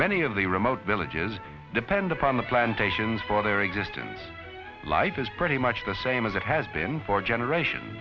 many of the remote villages depend upon the plantations for their existence life is pretty much the same as it has been for generations